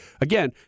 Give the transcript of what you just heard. again